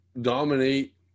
dominate